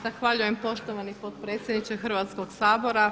Zahvaljujem poštovani potpredsjedniče Hrvatskog sabora.